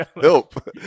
Help